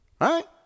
Right